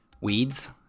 Weeds